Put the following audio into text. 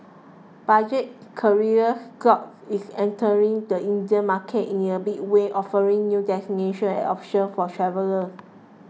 budget carrier Scoot is entering the Indian market in a big way offering new destinations and options for travellers